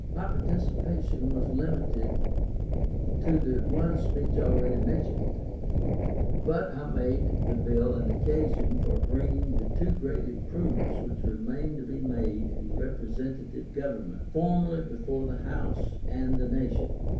my participation was limited to the one speech already mentioned but i made the bill an occasion for bringing the two great improvements which remain to be made in representative government formally before the house and the nation.